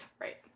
Right